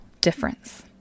difference